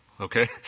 Okay